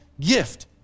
gift